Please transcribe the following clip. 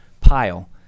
pile